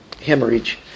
hemorrhage